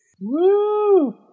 Woo